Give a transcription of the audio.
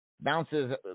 Bounces